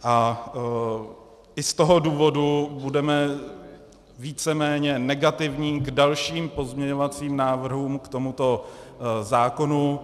A i z toho důvodu budeme víceméně negativní k dalším pozměňovacím návrhům k tomuto zákonu.